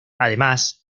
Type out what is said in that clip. además